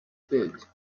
bild